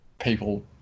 people